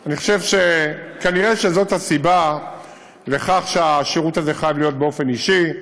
אני חושב שכנראה שזאת הסיבה לכך שהשירות הזה חייב להיות באופן אישי,